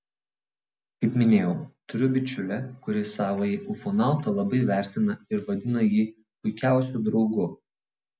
kaip minėjau turiu bičiulę kuri savąjį ufonautą labai vertina ir vadina jį puikiausiu draugu